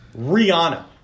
Rihanna